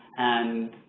and,